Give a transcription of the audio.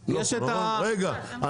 רגע.